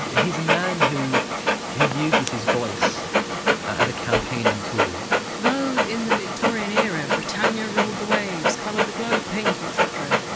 he's a man who who uses his voice as a campaigning tool though in the victorian era britannia ruled the waves, coloured the globe pink etc,